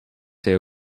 zij